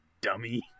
dummy